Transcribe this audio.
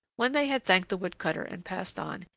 when they had thanked the wood-cutter and passed on,